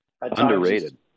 Underrated